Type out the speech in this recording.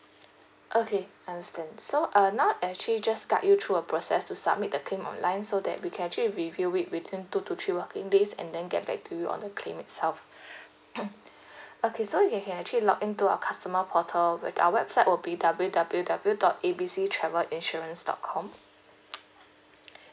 okay understand so uh now actually just guide you through a process to submit the claim online so that we can actually review it within two to three working days and then get back to you on the claim itself okay so you can can actually login to our customer portal with our website will be W W W dot A B C travel insurance dot com